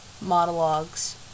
monologues